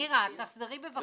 מירה, תחזרי בבקשה.